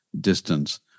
distance